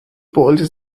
boils